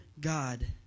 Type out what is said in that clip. God